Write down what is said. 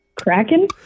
Kraken